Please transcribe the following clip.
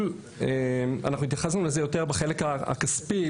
אנחנו התייחסנו לזה יותר בחלק הכספי,